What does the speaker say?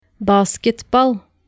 Basketball